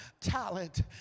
talent